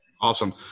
Awesome